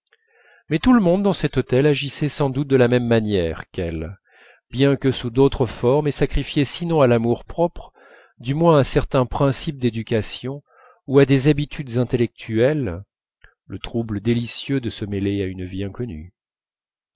mais tout le monde dans cet hôtel agissait sans doute de la même manière qu'elles bien que sous d'autres formes et sacrifiait sinon à l'amour-propre du moins à certains principes d'éducations ou à des habitudes intellectuelles le trouble délicieux de se mêler à une vie inconnue